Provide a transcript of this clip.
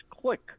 click